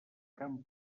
can